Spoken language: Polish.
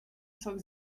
sok